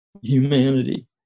humanity